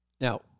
Now